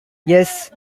yes